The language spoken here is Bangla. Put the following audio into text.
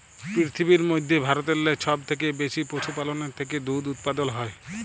পিরথিবীর মইধ্যে ভারতেল্লে ছব থ্যাইকে বেশি পশুপাললের থ্যাইকে দুহুদ উৎপাদল হ্যয়